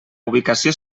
ubicació